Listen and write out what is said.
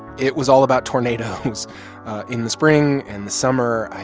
it was all about tornadoes in the spring and the summer.